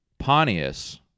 Pontius